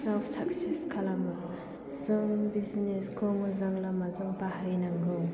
success खालामो जों business खौ मोजां लामाजों बाहायनांगौ